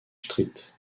street